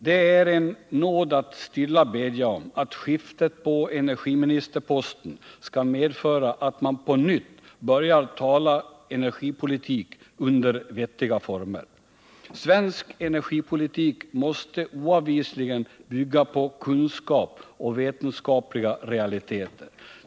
Det är en nåd att stilla bedja om att skiftet på energiministerposten skall medföra att man på nytt börjar tala energipolitik under vettiga former. Svensk energipolitik måste oavvisligen bygga på kunskap och vetenskapliga realiteter.